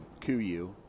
Kuyu